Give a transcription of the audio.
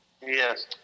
Yes